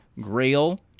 Grail